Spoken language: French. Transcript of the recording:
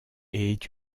est